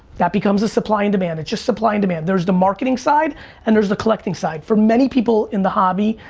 that becomes a supply and demand. it's just supply and demand. there's the marketing marketing side and there's the collecting side. for many people in the hobby,